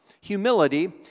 humility